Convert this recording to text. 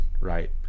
right